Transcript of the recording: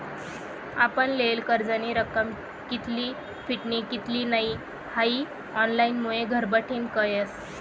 आपण लेयेल कर्जनी रक्कम कित्ली फिटनी कित्ली नै हाई ऑनलाईनमुये घरबठीन कयस